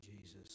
Jesus